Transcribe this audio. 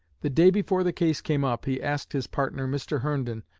the day before the case came up he asked his partner, mr. herndon,